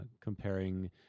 comparing